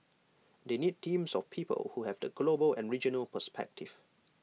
they need teams of people who have the global and regional perspective